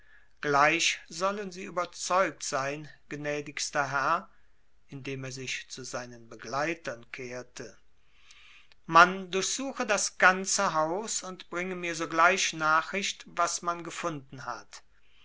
gleich sollen sie überzeugt sein gnädigster herr indem er sich zu seinen begleitern kehrte man durchsuche das ganze haus und bringe mir sogleich nachricht was man gefunden hat